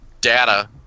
data